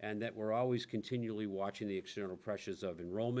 and that we're always continually watching the external pressures of enro